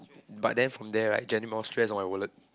but then from there right generate more stress on my wallet